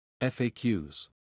FAQs